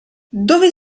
dove